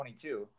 22